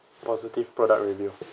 positive product review